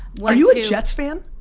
are you a jets fan?